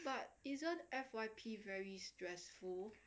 but isn't F_Y_P very stressful